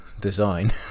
design